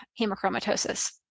hemochromatosis